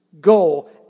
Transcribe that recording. Go